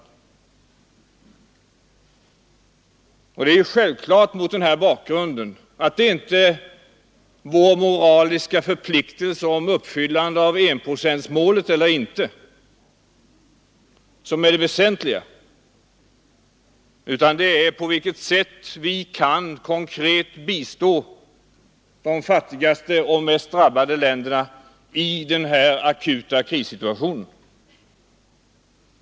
Det är mot denna bakgrund självklart att det inte är vår moraliska förpliktelse att uppfylla enprocentsmålet som är det väsentliga, utan det är på vilket sätt vi konkret kan bistå de fattigaste och mest drabbade länderna i denna akuta krissituation.